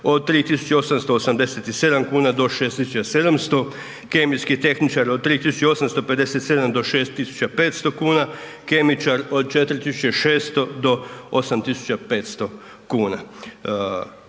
od 3887 kn do 6700. Kemijski tehničar od 3857 do 6500 kn, kemičar od 4600 do 8500 kn.